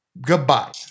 goodbye